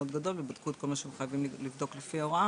גדול ובדקו את כל מה שהיו חייבים לבדוק לפי ההוראה.